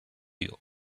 you